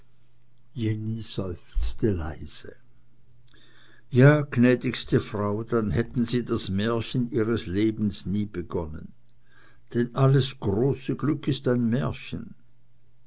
jenny seufzte leise ja gnädigste frau dann hätten sie das märchen ihres lebens nie begonnen denn alles große glück ist ein märchen